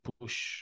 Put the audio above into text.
push